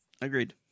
Agreed